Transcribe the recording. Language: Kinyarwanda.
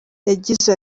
yagize